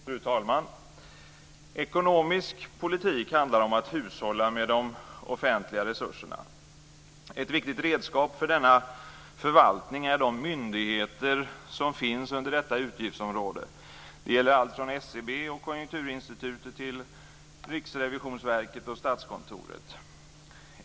Fru talman! Ekonomisk politik handlar om att hushålla med de offentliga resurserna. Ett viktigt redskap för denna förvaltning är de myndigheter som finns under detta utgiftsområde. Det gäller allt från SCB och Konjunkturinstitutet till Riksrevisionsverket och Statskontoret.